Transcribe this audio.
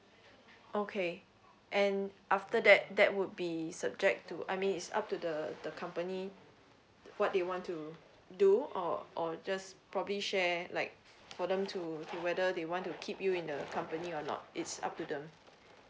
okay and after that that would be subject to I mean it's up to the the company what they want to do or or just probably share like for them to do whether they want to keep you in the company or not it's up to them